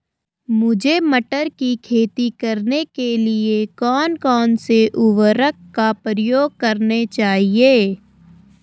मुझे मटर की खेती करने के लिए कौन कौन से उर्वरक का प्रयोग करने चाहिए?